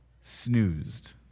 Snoozed